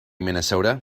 minnesota